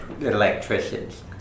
electricians